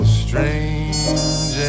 strange